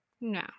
No